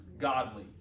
godly